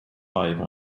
live